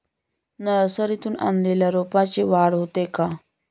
नर्सरीतून आणलेल्या रोपाची वाढ होते का?